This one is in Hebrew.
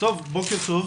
בוקר טוב.